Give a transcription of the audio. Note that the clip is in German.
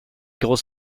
groß